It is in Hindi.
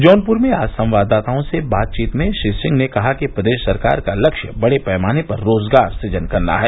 जौनपुर में आज संवाददाताओं से बातचीत में श्री सिंह ने कहा कि प्रदेश सरकार का लक्ष्य बड़े पैमाने पर रोजगार सुजन करना है